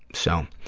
so,